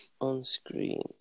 On-screen